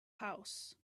house